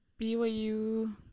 BYU